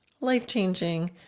life-changing